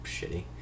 shitty